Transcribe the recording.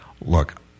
look